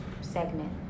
segment